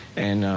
and